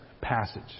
passage